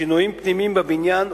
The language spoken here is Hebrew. שינויים פנימיים בבניין,